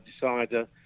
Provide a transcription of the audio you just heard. decider